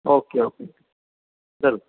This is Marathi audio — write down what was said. ओके ओके जरूर